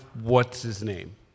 What's-His-Name